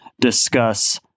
discuss